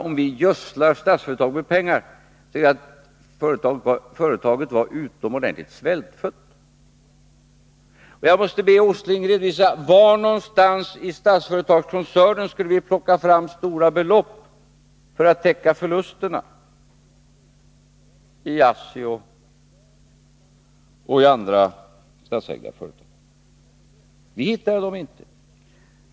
Om vi gödslar Statsföretag med pengar beror det på att företaget varit utomordentligt svältfött. Jag måste be Nils Åsling redovisa var någonstans i Statsföretagskoncernen vi skulle kunna plocka fram stora belopp för att täcka förlusterna i ASSI och andra statsägda företag. Vi hittar dem inte.